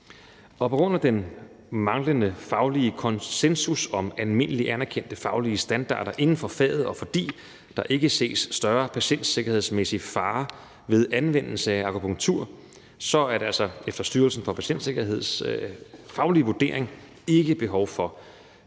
og på grund af den manglende faglige konsensus om almindeligt anerkendte faglige standarder inden for faget, og fordi der ikke ses nogen større patientsikkerhedsmæssige farer ved anvendelse af akupunktur, er der altså efter Styrelsen for Patientsikkerheds faglige vurdering ikke behov for det